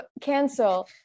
cancel